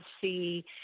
see